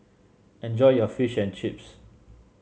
enjoy your Fish and Chips